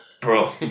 bro